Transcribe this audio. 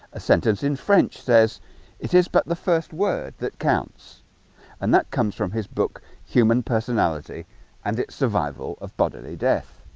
a sentence in french says it is but the first word that counts and that comes from his book human personality and it's survival of bodily death